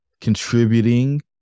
contributing